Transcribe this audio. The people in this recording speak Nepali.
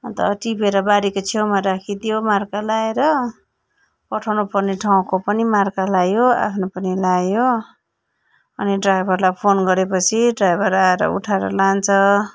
अन्त टिपेर बारीको छेउमा राखिदियो मार्कार लगाएर पठाउनु पर्ने ठाउँको पनि मार्कार लगायो आफ्नो पनि लगायो अनि ड्राइभरलाई फोन गरेपछि ड्राइभर आएर उठाएर लान्छ